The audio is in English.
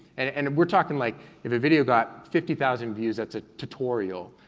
and and we're talking, like if a video got fifty thousand views that's a tutorial,